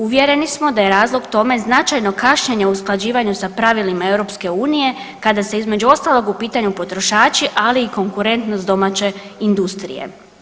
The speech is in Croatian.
Uvjereni smo da je razlog tome značajno kašnjenje u usklađivanju sa pravilima EU kada su između ostalog, u pitanju potrošači, ali i konkurentnost domaće industrije.